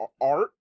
art